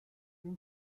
tüm